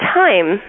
time